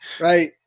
Right